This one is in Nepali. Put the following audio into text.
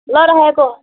ल राखेँको